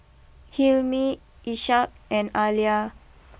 Hilmi Ishak and Alya